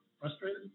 Frustrated